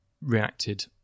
reacted